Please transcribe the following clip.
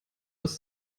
ist